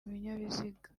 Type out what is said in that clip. binyabiziga